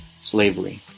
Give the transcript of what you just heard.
slavery